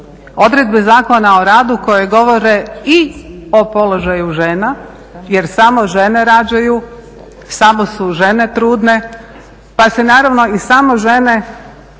odredbe Zakona o radu koje govore i o položaju žena, jer samo žene rađaju, samo su žene trudne, pa se naravno i samo žene